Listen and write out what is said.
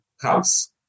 house